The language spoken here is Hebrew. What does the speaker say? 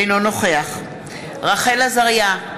אינו נוכח רחל עזריה,